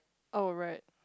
oh right